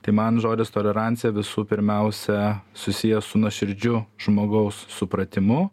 tai man žodis tolerancija visų pirmiausia susijęs su nuoširdžiu žmogaus supratimu